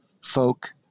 folk